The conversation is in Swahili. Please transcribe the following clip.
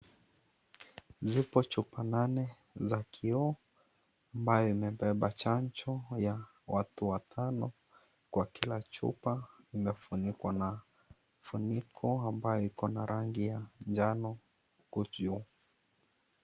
Zipo chupa nane za kioo ambayo imebeba chanjo ya watu watano kwa kila chupa imefunikwa na funiko ambayo iko na rangi ya njano huko juu.